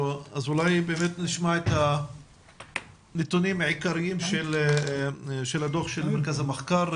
אולי באמת נשמע את הנתונים העיקריים של הדו"ח של מרכז המחקר.